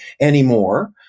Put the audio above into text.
anymore